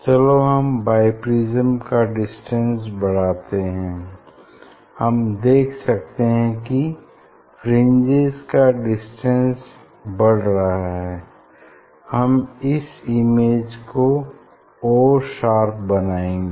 चलो हम बाईप्रिज्म का डिस्टेंस बढ़ाते है हम देख सकते हैं की फ्रिंजेस का डिस्टेंस बढ़ रहा है हम इस इमेज को और शार्प बनाएँगे